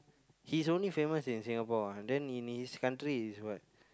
he's only famous in Singapore ah then in his country is what